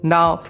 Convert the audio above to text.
Now